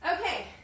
Okay